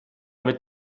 mit